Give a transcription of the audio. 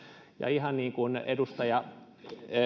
ja ihan niin kuin edustaja